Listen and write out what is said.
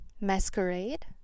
Masquerade